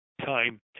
time